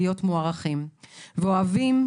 להיות מוערכים ואוהבים,